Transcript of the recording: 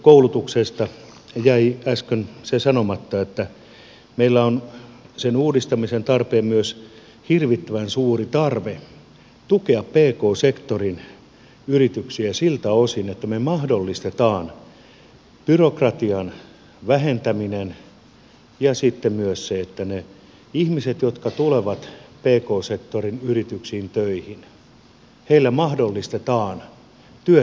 oppisopimuskoulutuksesta jäi äsken se sanomatta että meillä on sen uudistamisen tarpeen lisäksi myös hirvittävän suuri tarve tukea pk sektorin yrityksiä siltä osin että me mahdollistamme byrokratian vähentämisen ja sitten myös sen että niille ihmisille jotka tulevat pk sektorin yrityksiin töihin mahdollistetaan työssäoppiminen